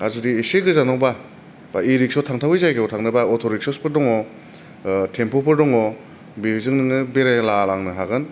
आर जुदि एसे गोजानावबा इरिक्स थांथावि जायगायाव थांनोबा अट रिक्सफोर दङ टेम्पुफोर दङ बेजों नोङो बेरायलालांनो हागोन